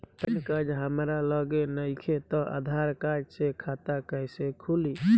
Pan card हमरा लगे नईखे त आधार कार्ड से खाता कैसे खुली?